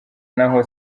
naho